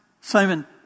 Simon